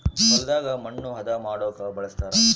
ಹೊಲದಾಗ ಮಣ್ಣು ಹದ ಮಾಡೊಕ ಬಳಸ್ತಾರ